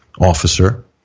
officer